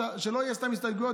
שלא יהיו סתם הסתייגות,